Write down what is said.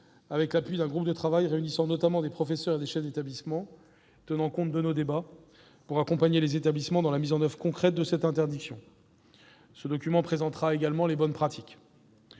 avec l'appui d'un groupe de travail réunissant notamment des professeurs et des chefs d'établissement, tenant compte de nos débats, pour accompagner les établissements dans la mise en oeuvre concrète de cette interdiction. Ce document présentera également les bonnes pratiques.